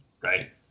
right